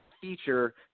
feature